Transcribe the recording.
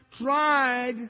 tried